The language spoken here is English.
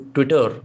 Twitter